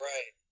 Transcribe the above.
Right